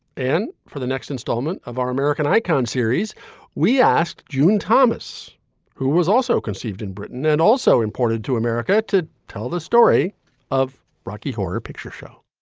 and for the next installment of our american icon series we asked june thomas who was also conceived in britain and also imported to america to tell the story of rocky horror picture show.